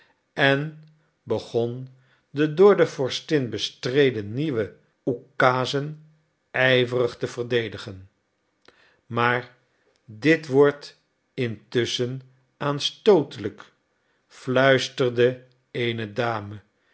en begon de door de vorstin bestreden nieuwe ukazen ijverig te verdedigen maar dit wordt intusschen aanstootelijk fluisterde eene dame